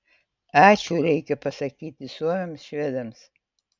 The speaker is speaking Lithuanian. ačiū reikia pasakyti suomiams švedams